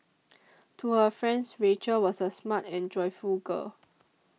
to her friends Rachel was a smart and joyful girl